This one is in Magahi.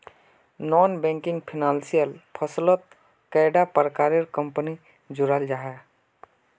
नॉन बैंकिंग फाइनेंशियल फसलोत कैडा प्रकारेर कंपनी जुराल जाहा?